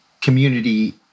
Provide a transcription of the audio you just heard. community